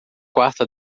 quarto